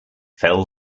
fell